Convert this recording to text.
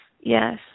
Yes